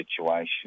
situation